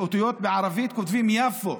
באותיות בערבית כותבים "יפו".